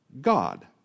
God